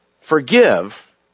Forgive